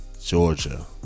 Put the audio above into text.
Georgia